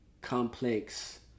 complex